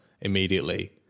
immediately